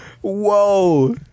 Whoa